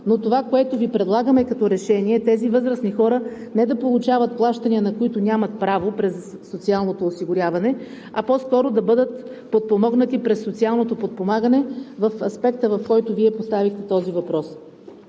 но това, което Ви предлагаме като решение, е тези възрастни хора не да получават плащания, на които нямат право през социалното осигуряване, а по-скоро да бъдат по подпомагане в аспекта, в който Вие поставихте този въпрос.